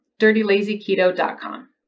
DirtyLazyKeto.com